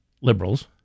liberals